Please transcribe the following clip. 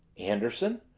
anderson?